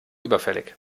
überfällig